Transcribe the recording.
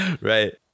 Right